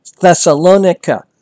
Thessalonica